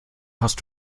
hast